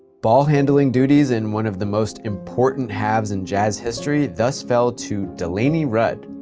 ball handling duties in one of the most important halves in jazz history thus fell to delaney rudd,